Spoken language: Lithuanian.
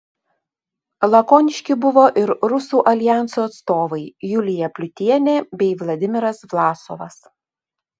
lakoniški buvo ir rusų aljanso atstovai julija pliutienė bei vladimiras vlasovas